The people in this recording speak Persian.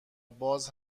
باز